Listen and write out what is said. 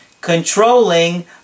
Controlling